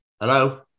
Hello